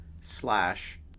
slash